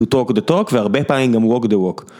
וטוק דה טוק והרבה פעמים גם ווק דה ווק